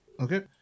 Okay